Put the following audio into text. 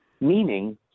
meaning